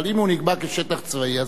אבל אם הוא נקבע כשטח צבאי,